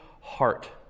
heart